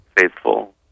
faithful